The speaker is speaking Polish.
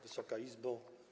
Wysoka Izbo!